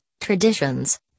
traditions